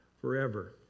forever